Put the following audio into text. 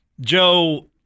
Joe